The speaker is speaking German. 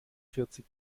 vierzig